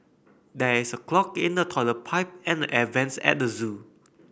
there is a clog in the toilet pipe and the air vents at the zoo